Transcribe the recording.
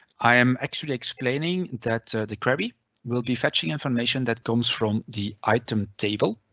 i am actually explaining that the query will be fetching information that comes from the item table.